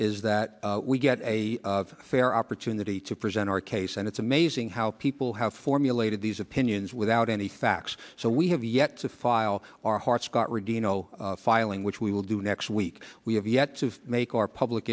is that we get a fair opportunity to present our case and it's amazing how people have formulated these opinions without any facts so we have yet to file our heart scott regino filing which we will do next week we have yet to make our public